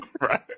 Right